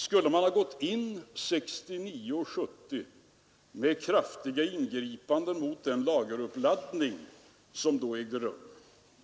Skulle man 1969 och 1970 ha gått in med kraftiga ingripanden mot den lageruppladdning som då ägde rum?